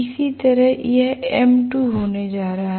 इसी तरह यह m2 होने जा रहा है